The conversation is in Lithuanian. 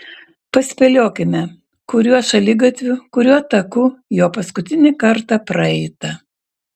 paspėliokime kuriuo šaligatviu kuriuo taku jo paskutinį kartą praeita